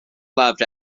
loved